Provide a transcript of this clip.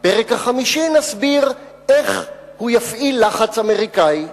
בפרק החמישי נסביר איך הוא יפעיל לחץ אמריקני: